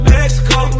Mexico